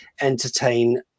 entertain